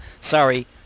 sorry